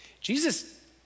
Jesus